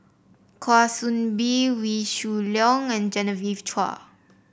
Kwa Soon Bee Wee Shoo Leong and Genevieve Chua